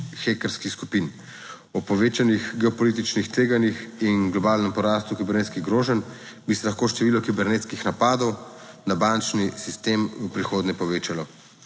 hekerskih skupin. O povečanih geopolitičnih tveganjih in globalnem porastu kibernetskih groženj bi se lahko število kibernetskih napadov na bančni sistem v prihodnje povečalo."